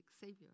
Savior